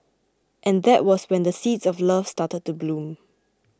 and that was when the seeds of love started to bloom